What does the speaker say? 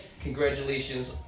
congratulations